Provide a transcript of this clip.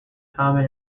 common